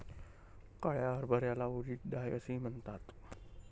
काळ्या हरभऱ्याला उडीद डाळ असेही म्हणतात